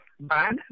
bad